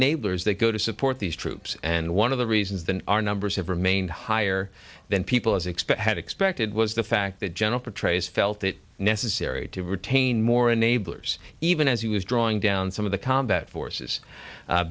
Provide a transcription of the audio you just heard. ers that go to support these troops and one of the reasons our numbers have remained higher than people as expect had expected was the fact that general petraeus felt it necessary to retain more enablers even as he was drawing down some of the combat forces